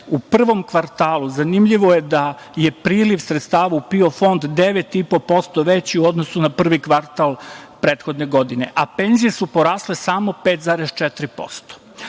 u prvom kvartalu zanimljivo je da je priliv sredstava u PIO fond 9,5% veći u odnosu na prvi kvartal prethodne godine, a penzije su porasle samo 5,4%.